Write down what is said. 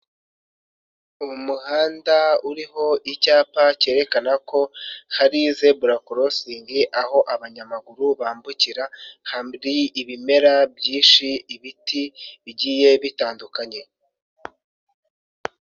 Umuhanda uriho icyapa cyerekana ko hari zebura korosingi aho abanyamaguru bambukira hari ibimera byinshi ibiti bigiye bitandukanye.